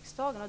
2000.